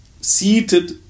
seated